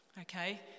Okay